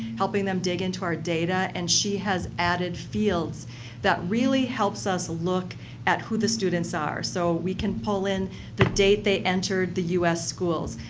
helping them dig into our data. and she has added fields that really helps us look at who the students are. so we can pull in the date they entered the u s. schools,